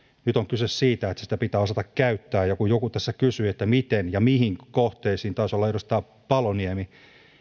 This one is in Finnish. nyt on kyse siitä että sitä pitää osata käyttää kun joku tässä kysyi että miten ja mihin kohteisiin taisi olla edustaja paloniemi